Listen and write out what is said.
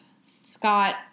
Scott